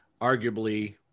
arguably